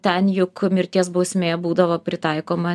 ten juk mirties bausmė būdavo pritaikoma